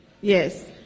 Yes